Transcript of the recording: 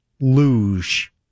luge